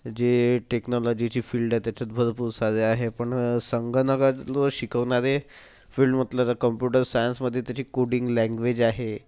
जे टेक्नॉलॉजीची फील्ड आहे त्याच्यात भरपूर सारे आहे पण संगणक जो शिकवणारे फील्ड म्हटलं तर कंप्युटर सायन्समध्ये त्याची कोडिंग लँग्वेज आहे